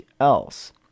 else